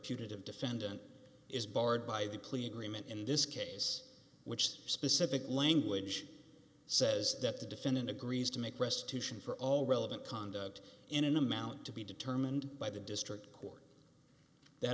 punitive defendant is barred by the plea agreement in this case which the specific language says that the defendant agrees to make restitution for all relevant conduct in an amount to be determined by the district court that